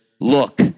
look